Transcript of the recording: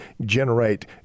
generate